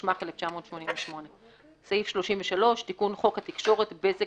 התשמ"ח 1988". תיקון חוק התקשורת (בזק